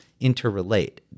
interrelate